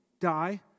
die